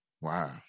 Wow